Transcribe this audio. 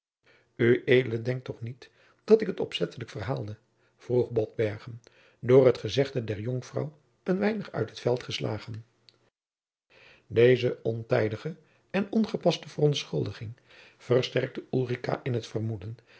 ued denkt toch niet dat ik het opzettelijk verhaalde vroeg botbergen door het gezegde der jonkvrouw een weinig uit het veld geslagen deze ontijdige en ongepaste verontschuldiging jacob van lennep de pleegzoon versterkte ulrica in het vermoeden